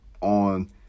on